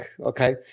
okay